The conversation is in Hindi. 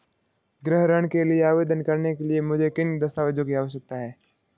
गृह ऋण के लिए आवेदन करने के लिए मुझे किन दस्तावेज़ों की आवश्यकता है?